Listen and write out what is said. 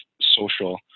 social